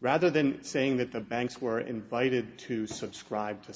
rather than saying that the banks were invited to subscribe to